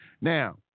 Now